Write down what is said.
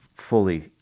fully